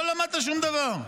לא למדת שום דבר.